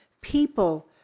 people